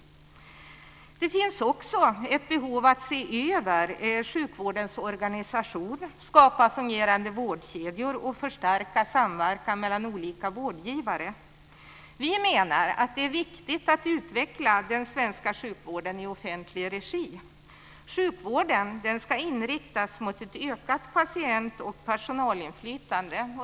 Det finns också ett behov att se över sjukvårdens organisation, skapa fungerande vårdkedjor och förstärka samverkan mellan olika vårdgivare. Vi menar att det är viktigt att utveckla den svenska sjukvården i offentlig regi. Sjukvården ska inriktas mot ett ökad patient och personalinflytande.